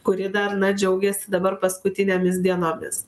kuri dar na džiaugiasi dabar paskutinėmis dienomis